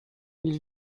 ils